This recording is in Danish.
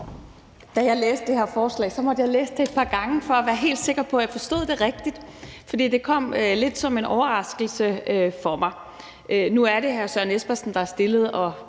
Da jeg læste det her forslag, måtte jeg læse det et par gange for at være helt sikker på, at jeg forstod det rigtigt, for det kom lidt som en overraskelse for mig. Nu er det hr. Søren Espersen, der har fremsat det,